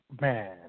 man